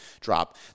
drop